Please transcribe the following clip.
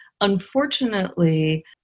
Unfortunately